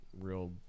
real